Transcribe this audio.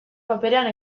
paperera